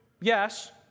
yes